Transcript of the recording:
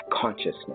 consciousness